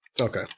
Okay